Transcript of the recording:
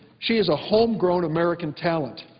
she is a homegrown american talent.